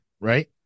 right